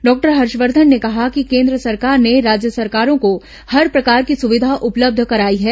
doctor Harshvardhan ने कहा कि केन्द्र सरकार ने राज्य सरकारों को हर प्रकार की सुविधा उपलब्ध कराई है